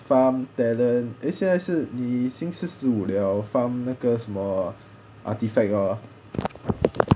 farm talent eh 现在是你已经四十五了 farm 那个什么 artefacts lor